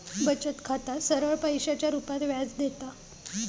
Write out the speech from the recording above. बचत खाता सरळ पैशाच्या रुपात व्याज देता